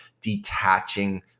detaching